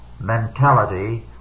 Mentality